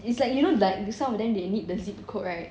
it's like you know like some of them they need the zip code right